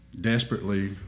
Desperately